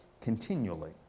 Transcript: continually